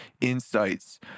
insights